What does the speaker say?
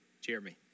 Jeremy